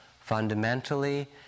Fundamentally